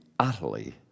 utterly